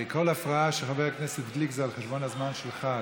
כל הפרעה של חבר הכנסת גליק זה על חשבון הזמן שלך,